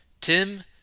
Tim